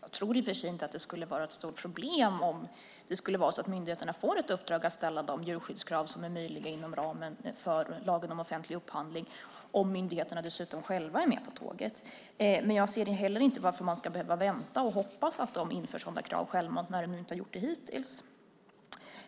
Jag tror i och för sig inte att det skulle vara ett stort problem om det skulle vara så att myndigheterna får ett uppdrag att ställa de djurskyddskrav som är möjliga inom ramen för lagen om offentlig upphandling om myndigheterna dessutom själva är med på tåget. Men jag inser heller inte varför man ska behöva vänta och hoppas att de inför sådana krav självmant när de nu inte har gjort det hittills.